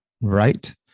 right